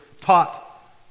taught